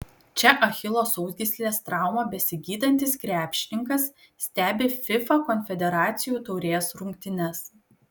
čia achilo sausgyslės traumą besigydantis krepšininkas stebi fifa konfederacijų taurės rungtynes